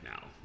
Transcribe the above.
now